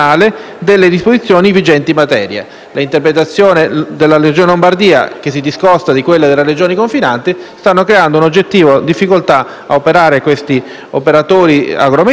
Le interpretazioni della Regione Lombardia, che si discostano da quelle delle Regioni confinanti, stanno creando una oggettiva difficoltà a lavorare a questi operatori agroalimentari, creando una concorrenza,